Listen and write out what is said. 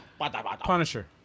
Punisher